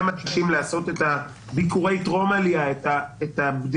מאנשים לעשות את ביקורי טרום העלייה את הבדיקות,